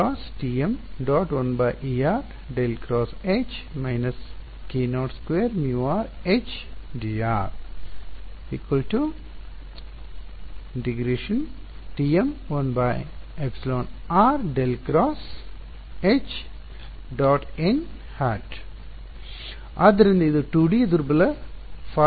ಆದ್ದರಿಂದ ಇದು 2ಡಿ ದುರ್ಬಲ ಫಾರ್ಮ್ ಪ್ರಶ್ನೆ